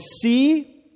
see